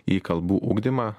į kalbų ugdymą